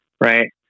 right